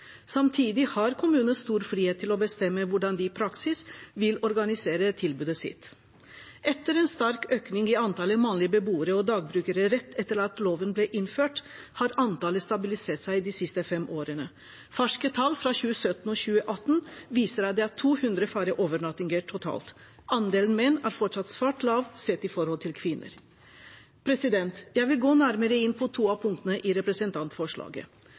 Samtidig har kommunene stor frihet til å bestemme hvordan de i praksis vil organisere tilbudet sitt. Etter en sterk økning i antallet mannlige beboere og dagbrukere rett etter at loven ble innført, har antallet stabilisert seg de siste fem årene. Ferske tall fra 2017 og 2018 viser at det er 200 færre overnattinger totalt. Andelen menn er fortsatt svært lav sett i forhold til andelen kvinner. Jeg vil gå nærmere inn på to av punktene i representantforslaget.